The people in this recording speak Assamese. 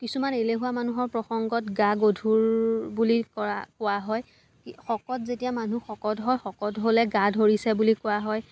কিছুমান এলেহুৱা মানুহৰ প্ৰসংগত গা গধুৰ বুলি কৰা কোৱা হয় শকত যেতিয়া মানুহ শকত হয় শকত হ'লে গা ধৰিছে বুলি কোৱা হয়